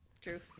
True